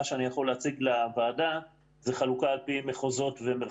מה שאני יכול להציג לוועדה זאת חלוקה על פי מחוזות ומרחבים.